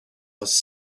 was